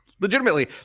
legitimately